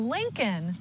Lincoln